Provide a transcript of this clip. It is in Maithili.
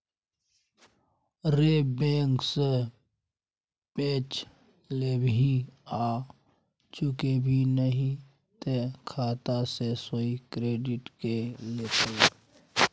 रे बैंक सँ पैंच लेबिही आ चुकेबिही नहि तए खाता सँ सोझे डेबिट कए लेतौ